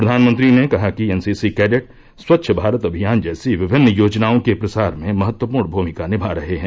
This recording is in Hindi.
प्रधानमंत्री ने कहा कि एनसीसी कैडेट स्वच्छ भारत अभियान जैसी विभिन्न योजनाओं के प्रसार में महत्वपूर्ण भूमिका निभा रहे हैं